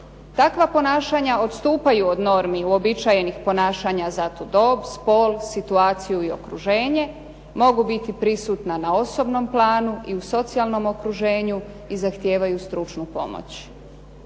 Takva ponašanja odstupaju od normi uobičajenih ponašanja za tu dob, spol, situaciju i okruženje. Mogu biti prisutna na osobnom planu i u socijalnom okruženju i zahtijevaju stručnu pomoć."